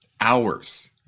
hours